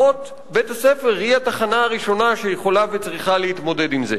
אחות בית-הספר היא התחנה הראשונה שיכולה וצריכה להתמודד עם זה.